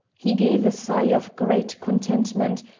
he gave a sigh of great contentment,